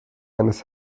eines